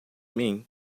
mim